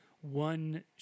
one